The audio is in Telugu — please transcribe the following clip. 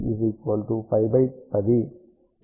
314